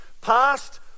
past